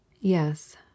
Yes